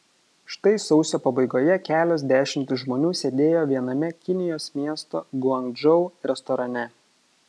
štai sausio pabaigoje kelios dešimtys žmonių sėdėjo viename kinijos miesto guangdžou restorane